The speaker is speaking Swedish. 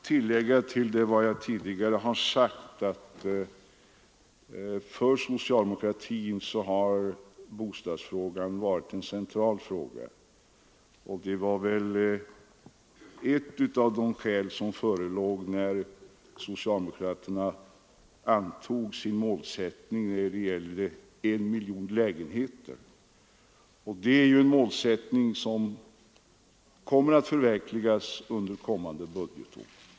Jag vill bara tillägga att för socialdemokratin har bostadsfrågan varit en central fråga, och det var väl ett av de skäl som förelåg när socialdemokraterna uppställde målsättningen en miljon lägenheter på tio år, som kommer att förverkligas under nästa budgetår.